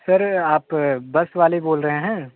sir आप bus वाले बोल रहे हैं